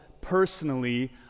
personally